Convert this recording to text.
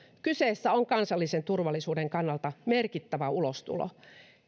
kyseessä on kansallisen turvallisuuden kannalta merkittävä ulostulo